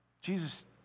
Jesus